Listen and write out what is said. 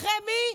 אחרי מי?